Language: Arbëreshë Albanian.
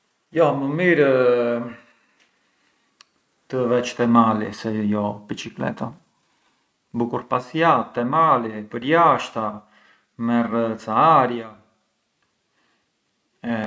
Prilli për mua ë moi i Pashkvet, moi i Shën Gjergjit, ë moi kur na njeri lehet pamet, skurse ë kapudhani prilli, prilli ë skurse ë kapudhani, përçë lehe pamet.